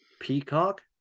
Peacock